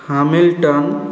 Hamilton